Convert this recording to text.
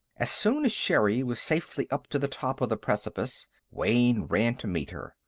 as soon as sherri was safely up to the top of the precipice, wayne ran to meet her.